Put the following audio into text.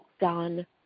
done